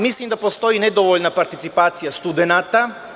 Mislim da postoji nedovoljna participacija studenata.